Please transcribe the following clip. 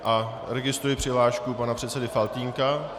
A registruji přihlášku pana předsedy Faltýnka.